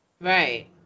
Right